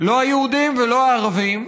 לא היהודים ולא הערבים,